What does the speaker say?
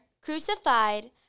crucified